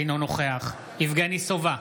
אינו נוכח יבגני סובה,